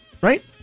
Right